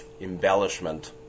embellishment